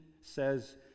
says